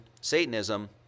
Satanism